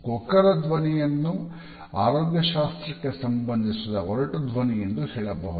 ಗೊಗ್ಗರ ಧ್ವನಿಯನ್ನು ಆರೋಗ್ಯ ಶಾಸ್ತ್ರಕ್ಕೆ ಸಂಬಂಧಿಸಿದ ಒರಟು ಧ್ವನಿ ಎಂದು ಹೇಳಬಹುದು